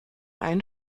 einen